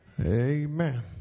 Amen